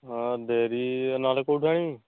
ହଁ ଡେରି ନହେଲେ କେଉଁଠୁ ଆଣିବି